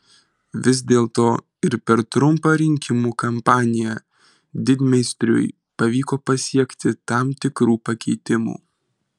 vis dėlto ir per trumpą rinkimų kampaniją didmeistriui pavyko pasiekti tam tikrų pakeitimų